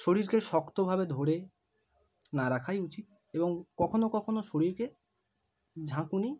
শরীরকে শক্তভাবে ধরে না রাখাই উচিত এবং কখনও কখনও শরীরকে ঝাঁকুনি